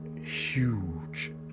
Huge